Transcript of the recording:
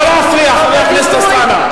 לא להפריע, חבר הכנסת אלסאנע.